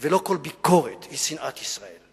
ולא כל ביקורת היא שנאת ישראל.